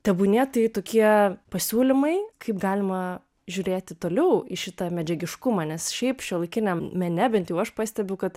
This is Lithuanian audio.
tebūnie tai tokie pasiūlymai kaip galima žiūrėti toliau į šitą medžiagiškumą nes šiaip šiuolaikiniam mene bent jau aš pastebiu kad